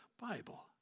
Bible